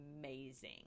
amazing